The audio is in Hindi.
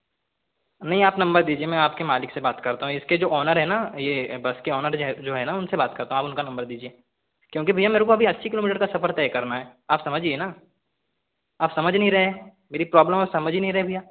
नहीं आप नंबर दीजिए मैं आपके मालिक से बात करता हूँ इसके जो ओनर हैं ना ये बस के ओनर जो हैं जो हैं ना उनसे बात करता हूँ आप उनका नंबर दीजिए क्योंकि भैया मेरे को अभी अस्सी किलोमीटर का सफ़र तय करना है आप समझिए ना आप समझ नहीं रहे हैं मेरी प्रॉब्लम आप समझ ही नहीं रहे हैं भैया